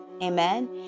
Amen